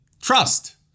trust